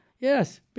Yes